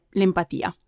l'empatia